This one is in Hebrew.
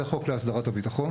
חוק הסדרת הביטחון